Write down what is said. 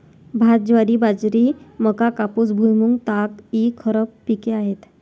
भात, ज्वारी, बाजरी, मका, कापूस, भुईमूग, ताग इ खरीप पिके आहेत